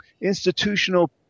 institutional